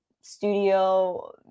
studio